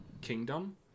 kingdom